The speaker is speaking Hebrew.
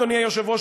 אדוני היושב-ראש,